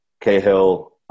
Cahill